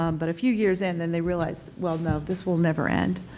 um but a few years in then they realized well, no, this will never end.